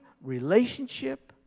relationship